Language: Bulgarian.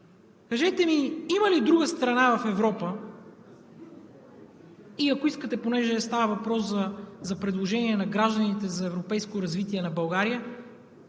Кажете ми: има ли друга страна в Европа, и понеже става въпрос за предложение на Гражданите за европейско развитие на България,